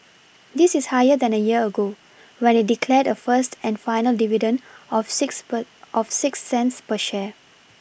this is higher than a year ago when it declared a first and final dividend of six per of six cents per share